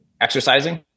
exercising